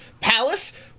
palace